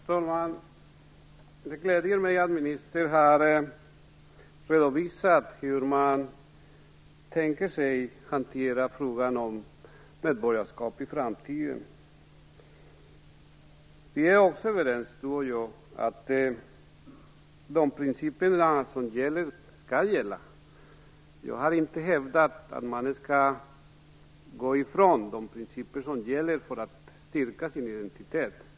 Fru talman! Det gläder mig att ministern redovisar hur man i framtiden tänker sig hantera medborgarskapsfrågan. Vi båda är överens om att de principer och annat som gäller skall göra det. Jag har inte hävdat att man skall frångå principer som gäller när det handlar om att styrka den egna identiteten.